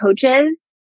coaches